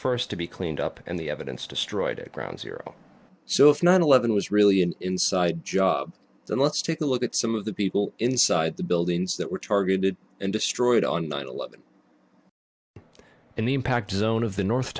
first to be cleaned up and the evidence destroyed at ground zero so it's not eleven was really an inside job so let's take a look at some of the people inside the buildings that were targeted and destroyed on nine eleven in the impact zone of the north